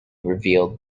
revealed